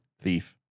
thief